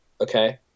okay